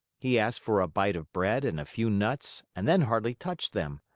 he asked for a bite of bread and a few nuts and then hardly touched them.